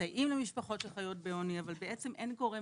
מסייעים למשפחות שחיות בעוני אבל בעצם אין גורם